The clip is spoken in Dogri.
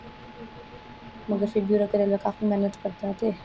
मगर फिर बी ओह्दा घर आह्ला काफी मैह्नत करदा ते